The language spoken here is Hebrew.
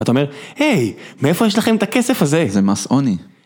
אתה אומר, היי, מאיפה יש לכם את הכסף הזה? זה מס עוני.